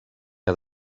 que